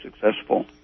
successful